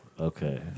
Okay